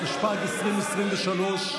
התשפ"ג 2023,